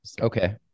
Okay